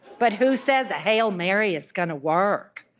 but who says a hail mary is gonna work?